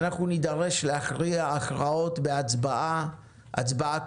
אנחנו נידרש להכריע הכרעות בהצבעה, הצבעה כואבת.